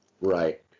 Right